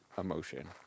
emotion